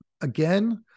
again